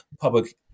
public